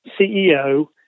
CEO